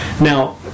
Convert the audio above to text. Now